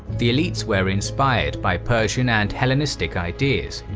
the elites were inspired by persian and hellenistic ideas.